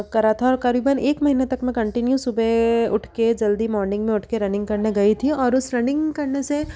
करा था और करीबन एक महीने तक मैं कंटिन्यू सुबह उठ के जल्दी मोर्निंग में उठ कर रनिंग करने गई थी और उस रनिंग करने से